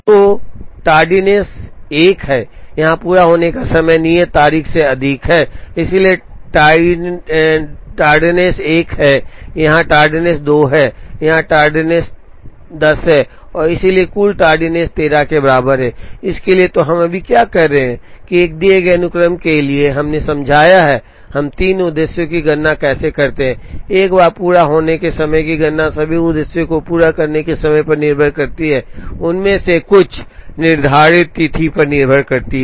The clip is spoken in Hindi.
तो टार्डीनेस एक है यहाँ पूरा होने का समय नियत तारीख से अधिक है इसलिए टार्डनेस एक है यहाँ टार्डनेस 2 है और यहाँ टार्डनेस 10 है इसलिए कुल टार्डीनेस 13 के बराबर है इसके लिए तो हम अभी क्या कर रहे हैं किया एक दिए गए अनुक्रम के लिए है हमने समझाया है हम 3 उद्देश्यों की गणना कैसे करते हैं एक बार पूरा होने के समय की गणना सभी उद्देश्यों को पूरा करने के समय पर निर्भर करती है उनमें से कुछ निर्धारित तिथि पर निर्भर करते हैं